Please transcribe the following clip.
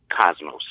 cosmos